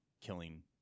killing